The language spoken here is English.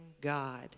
God